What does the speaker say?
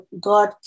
God